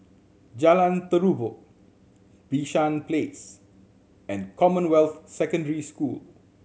Jalan Terubok Bishan Place and Commonwealth Secondary School